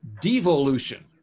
devolution